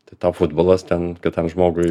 tai tau futbolas ten kitam žmogui